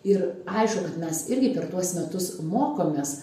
ir aišku kad mes irgi per tuos metus mokomės